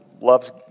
loves